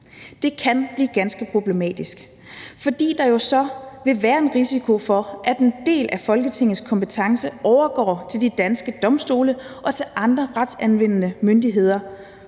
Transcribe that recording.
Det kan blive ganske problematisk, fordi der jo så vil være en risiko for, at en del af Folketingets kompetence overgår til de danske domstole og til andre retsanvendende myndigheder,